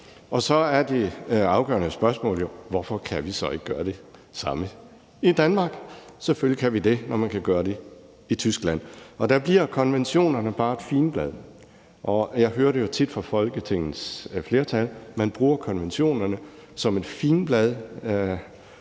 Så er det afgørende spørgsmål jo, hvorfor vi så ikke kan gøre det samme i Danmark. Selvfølgelig kan vi det, når man kan gøre det i Tyskland. Der bliver konventionerne bare et figenblad. Jeg hører det jo tit fra Folketingets flertal: Man bruger konventionerne som et figenblad,